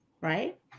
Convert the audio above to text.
Right